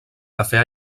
cafè